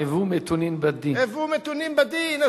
"הוו מתונים בדין, הוו מתונים בדין.